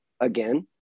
again